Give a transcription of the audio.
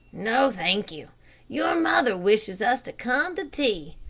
no, thank you your mother wishes us to come to tea.